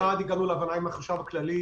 אחת, הגענו להבנה עם החשב הכללי